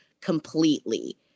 completely